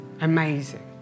amazing